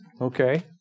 okay